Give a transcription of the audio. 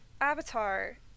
Avatar